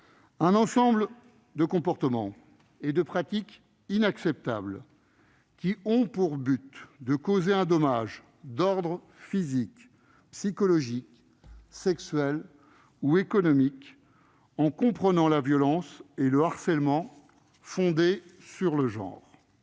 un ensemble de comportements et de pratiques inacceptables, [...] qui ont pour but de causer [...] un dommage d'ordre physique, psychologique, sexuel ou économique, en comprenant la violence et le harcèlement fondés sur le genre